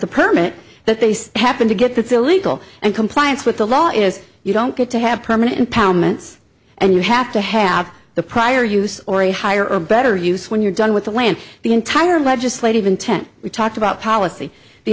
the permit that they happen to get that's illegal and compliance with the law is you don't get to have permanent impoundments and you have to have the prior use or a higher or better use when you're done with the land the entire legislative intent we talked about policy the